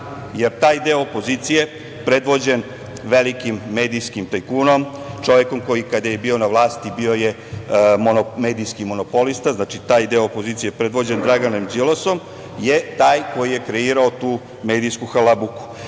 jer taj deo opozicije predvođen velikim medijskim tajkunom, čovekom koji kada je bio na vlasti bio je medijski monopolista, znači taj deo opozicije predvođen Draganom Đilasom je taj koji je kreirao tu medijsku halabuku. Da